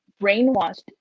brainwashed